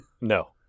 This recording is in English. No